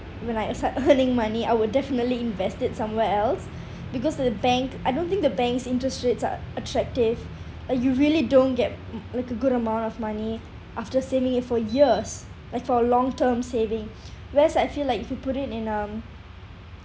when I uh start earning money I will definitely invest it somewhere else because the bank I don't think the bank's interest rates are attractive like you really don't get like a good amount of money after saving it for years like for a long term savings whereas I feel like if you put it in um